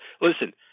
Listen